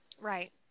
right